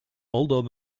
although